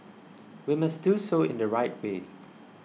we must do so in the right way